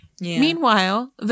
Meanwhile